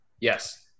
Yes